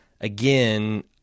again